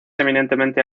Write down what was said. eminentemente